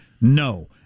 No